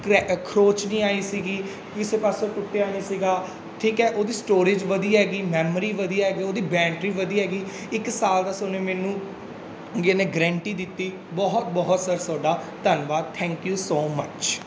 ਕਰੈ ਖਰੋਚ ਨਹੀਂ ਆਈ ਸੀਗੀ ਕਿਸੇ ਪਾਸੋਂ ਟੁੱਟਿਆ ਨਹੀਂ ਸੀਗਾ ਠੀਕ ਹੈ ਉਹਦੀ ਸਟੋਰੇਜ ਵਧੀਆ ਹੈਗੀ ਮੈਮਰੀ ਵਧੀਆ ਹੈਗੀ ਉਹਦੀ ਬੈਟਰੀ ਵਧੀਆ ਹੈਗੀ ਇੱਕ ਸਾਲ ਦਾ ਸੋਨੇ ਮੈਨੂੰ ਜਿਹਨੇ ਗਰੰਟੀ ਦਿੱਤੀ ਬਹੁਤ ਬਹੁਤ ਸਰ ਤੁਹਾਡਾ ਧੰਨਵਾਦ ਥੈਂਕ ਯੂ ਸੋ ਮਚ